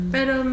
Pero